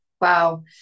Wow